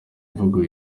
imvugo